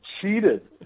cheated